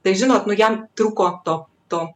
tai žinot nu jam trūko to to